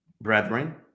brethren